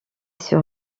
sur